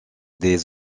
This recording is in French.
des